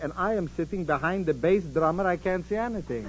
and i am sitting behind the bass that i'm at i can't see anything